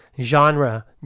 Genre